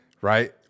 Right